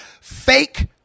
fake